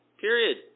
Period